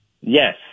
Yes